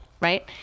right